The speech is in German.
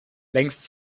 längst